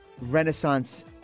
renaissance